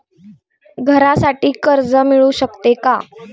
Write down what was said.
घरासाठी कर्ज मिळू शकते का?